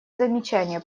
замечания